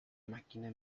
máquina